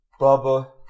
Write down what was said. Bubba